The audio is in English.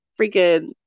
freaking